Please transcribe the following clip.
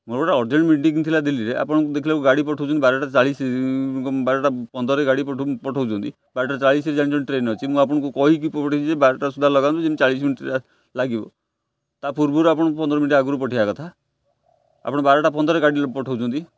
ମୋର ଗୋଟେ urgent meeting ଥିଲା ଦିଲ୍ଲୀରେ ଆପଣ ଦେଖିଲାକୁ ଗାଡ଼ି ପଠଉଛନ୍ତି ବାରଟା ଚାଳିଶି ବାରଟା ପନ୍ଦରରେ ଗାଡ଼ି ପଠଉଛନ୍ତି ବାରଟା ଚାଳିଶିରେ ଜାଣିଛନ୍ତି ଟ୍ରେନ ଅଛି ମୁଁ ଆପଣଙ୍କୁ କହିକି ପଠାଇଛି ବାରଟା ସୁଦ୍ଧା ଲଗାନ୍ତୁ ଯେନ୍ତି ଚାଳିଶି ମିନିଟରେ ଲାଗିବ ତା ପୂର୍ବରୁ ଆପଣ ପନ୍ଦର ମିନିଟ ଆଗୁରୁ ପଠାଇବା କଥା ଆପଣ ବାରଟା ପନ୍ଦରରେ ଗାଡ଼ି ପଠଉଛନ୍ତି